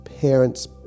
parents